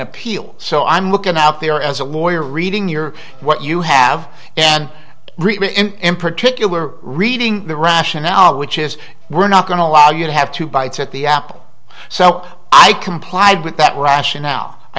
appeal so i'm looking out there as a lawyer reading your what you have and in particular reading the rationale which is we're not going to allow you to have two bites at the apple so i complied with that r